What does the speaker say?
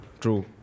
true